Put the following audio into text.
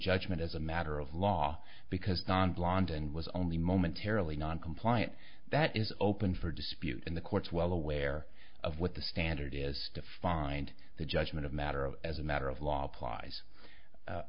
judgment as a matter of law because don blond and was only momentarily non compliant that is open for dispute in the courts well aware of what the standard is to find the judgment of matter of as a matter of law applies